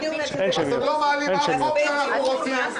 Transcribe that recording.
--- אתם לא מעלים אף חוק שאנחנו רוצים,